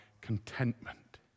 contentment